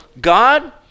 God